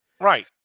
Right